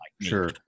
sure